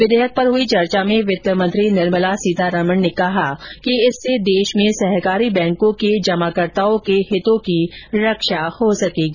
विधेयक पर हुई चर्चा में वित्तमंत्री निर्मला सीतारामन ने कहा कि इससे देश में सहकारी बैंको के जमाकर्ताओ के हितों की रक्षा हो सकेगी